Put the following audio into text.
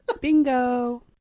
bingo